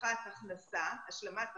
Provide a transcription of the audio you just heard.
והבטחת הכנסה, השלמת הכנסה,